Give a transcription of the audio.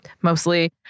mostly